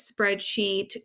spreadsheet